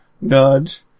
Nudge